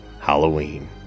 Halloween